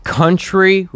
country